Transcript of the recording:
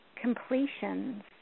completions